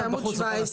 אנחנו בעמוד 17,